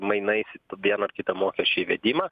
mainais į vieną ar kitą mokesčio įvedimą